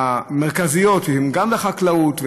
המרכזיות הן גם על החקלאות,